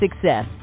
Success